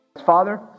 Father